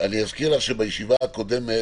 שכאשר דיברנו על הנושא בכלל בישיבה הקודמת,